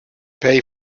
pay